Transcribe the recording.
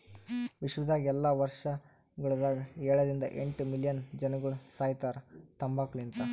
ವಿಶ್ವದಾಗ್ ಎಲ್ಲಾ ವರ್ಷಗೊಳದಾಗ ಏಳ ರಿಂದ ಎಂಟ್ ಮಿಲಿಯನ್ ಜನಗೊಳ್ ಸಾಯಿತಾರ್ ತಂಬಾಕು ಲಿಂತ್